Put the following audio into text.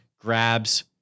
grabs